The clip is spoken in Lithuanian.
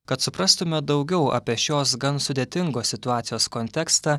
kad suprastume daugiau apie šios gan sudėtingos situacijos kontekstą